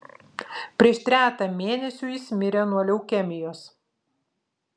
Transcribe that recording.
prieš trejetą mėnesių jis mirė nuo leukemijos